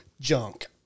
junk